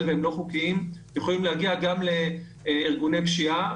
והם לא חוקיים יכולים להגיע גם לארגוני פשיעה,